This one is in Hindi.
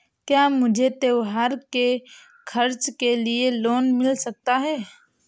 क्या मुझे त्योहार के खर्च के लिए लोन मिल सकता है?